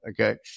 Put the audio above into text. Okay